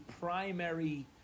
primary